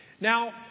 Now